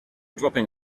dropping